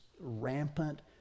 rampant